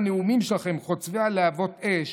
בנאומים שלכם חוצבי להבות האש,